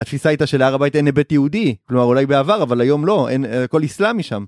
‫התפיסה הייתה שלהר הביתה ‫אין לבית יהודי. ‫כלומר, אולי בעבר, ‫אבל היום לא, הכל איסלאמי שם.